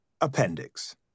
Appendix